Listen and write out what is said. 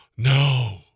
No